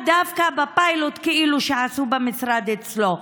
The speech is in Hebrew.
דווקא בפיילוט כאילו שעשו במשרד אצלו.